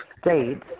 states